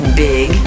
big